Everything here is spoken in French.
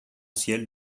ciel